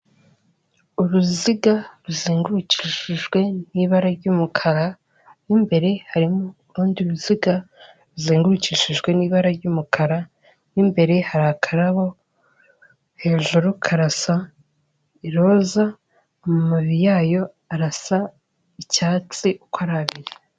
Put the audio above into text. Uruziga ruzengurukishijwe n'ibara ry'umukara mu imbere harimo urundi ruziga ruzengurukishijwe n'ibara ry'umukara, mu imbere hari akarabo hejuru karasa iroza amababi yayo arasa icyatsi uko ari abiri.